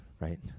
right